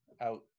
out